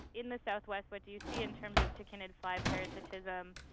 in the southwest, what do you see in terms of tachinid fly parasitism?